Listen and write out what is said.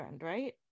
right